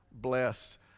Blessed